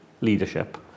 leadership